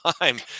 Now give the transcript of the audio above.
time